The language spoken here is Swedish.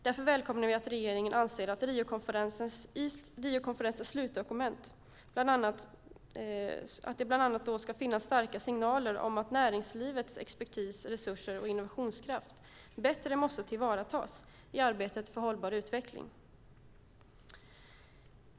Därför välkomnar vi att regeringen anser att Riokonferensens slutdokument bland annat ska ge starka signaler om att näringslivets expertis, resurser och innovationskraft bättre måste tillvaratas i arbetet för hållbar utveckling.